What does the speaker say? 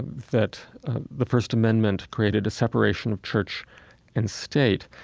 that the first amendment created a separation of church and state.